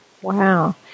Wow